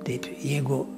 taip jeigu